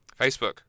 Facebook